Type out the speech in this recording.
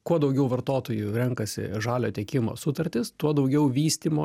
kuo daugiau vartotojų renkasi žalio tiekimo sutartis tuo daugiau vystymo